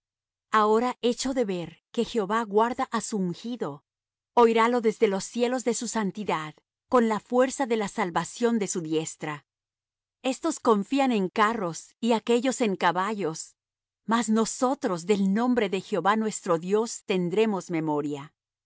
ahora echo de ver que jehová guarda á su ungido oirálo desde los cielos de su santidad con la fuerza de la salvación de su diestra estos confían en carros y aquéllos en caballos mas nosotros del nombre de jehová nuestro dios tendremos memoria